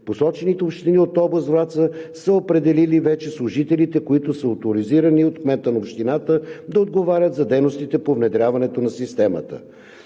Посочените общини от област Враца са определили вече служителите, които са оторизирани от кмета на общината да отговарят за дейностите по внедряването на системата.